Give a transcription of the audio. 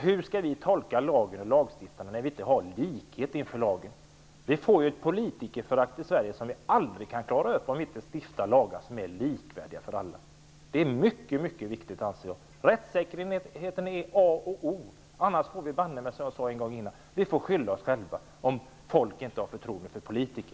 Hur skall vi tolka lagen och lagstiftarna när vi inte har likhet inför lagen? Vi får ju ett politikerförakt i Sverige som vi aldrig kommer ifrån om vi inte stiftar lagar som är likvärdiga för alla. Jag anser att det är mycket viktigt. Rättssäkerheten är a och o. Annars får vi banne mig skylla oss själv om folk inte har förtroende för politiker.